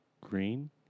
Green